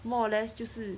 more or less 就是